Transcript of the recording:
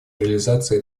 реализации